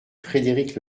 frédéric